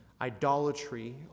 idolatry